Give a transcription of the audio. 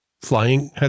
flying